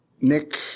Nick